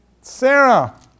Sarah